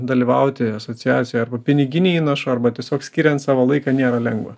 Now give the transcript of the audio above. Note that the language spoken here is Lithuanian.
dalyvauti asociacijoj arba piniginį įnašą arba tiesiog skiriant savo laiką nėra lengva